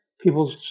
people